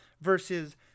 versus